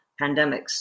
pandemics